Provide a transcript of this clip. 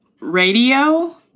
Radio